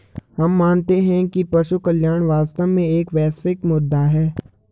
हम मानते हैं कि पशु कल्याण वास्तव में एक वैश्विक मुद्दा है